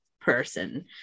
person